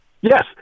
Yes